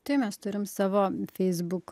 tai mes turim savo feisbuk